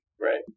right